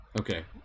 okay